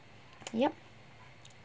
yup